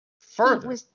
further